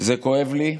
זה כואב לי,